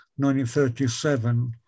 1937